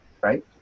right